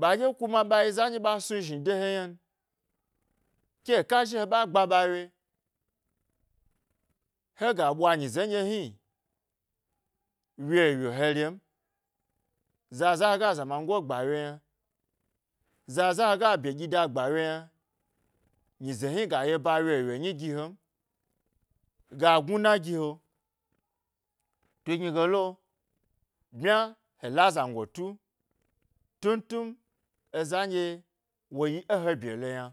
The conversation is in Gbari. ɓa dye lama ɓa yi za nɗye ɓa snu zhni de he ynan ke he kazhi ɦe ɓa gba ɓa ye hega ɓwa nyi nɗye hni wyo wyo he re n zaza hega he zamango gba ye yna zaza hega he beɗyi da ghaye yna nyize hni ga yi eba wyo wyo nyi gi hen, ga gnuna gi he, tugni gdo, bmya he, la zango tun tun tun, eza nɗyewo yi ė he ɓye lo yna.